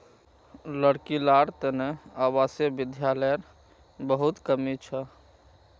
लड़की लार तने आवासीय विद्यालयर बहुत कमी छ